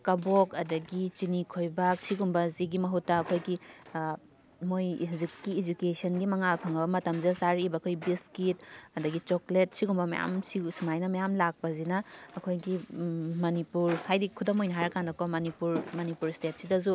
ꯀꯕꯣꯛ ꯑꯗꯨꯗꯒꯤ ꯆꯤꯅꯤ ꯈꯣꯏꯕꯥꯛ ꯑꯁꯤꯒꯨꯝꯕꯁꯤꯒꯤ ꯃꯍꯨꯠꯇ ꯑꯩꯈꯣꯏꯒꯤ ꯃꯈꯣꯏ ꯍꯧꯖꯤꯛꯀꯤ ꯏꯖꯨꯀꯦꯁꯟꯒꯤ ꯃꯉꯥꯜ ꯐꯪꯉꯕ ꯃꯇꯝꯁꯤꯗ ꯆꯥꯔꯛꯏꯕ ꯑꯩꯈꯣꯏ ꯕꯤꯁꯀꯤꯠ ꯑꯗꯨꯗꯒꯤ ꯆꯣꯀ꯭ꯂꯦꯠ ꯑꯁꯤꯒꯨꯝꯕ ꯃꯌꯥꯝ ꯑꯁꯤꯕꯨ ꯑꯁꯨꯃꯥꯏꯅ ꯃꯌꯥꯝ ꯂꯥꯛꯄꯁꯤꯅ ꯑꯩꯈꯣꯏꯒꯤ ꯃꯅꯤꯄꯨꯔ ꯍꯥꯏꯗꯤ ꯈꯨꯗꯝ ꯑꯣꯏꯅ ꯍꯥꯏꯔꯀꯥꯟꯗꯀꯣ ꯃꯅꯤꯄꯨꯔ ꯃꯅꯤꯄꯨꯔ ꯏꯁꯇꯦꯠꯁꯤꯗꯖꯁꯨ